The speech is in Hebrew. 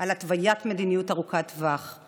על התוויית מדיניות ארוכת טווח.